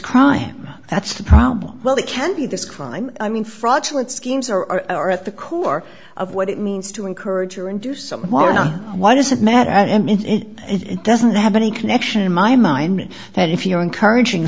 crime that's the problem well it can be this crime i mean fraudulent schemes are at the core of what it means to encourage or and do something more why does it matter and it doesn't have any connection in my mind that if you're encouraging